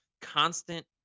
constant